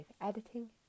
editing